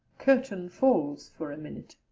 curtain falls for a minute.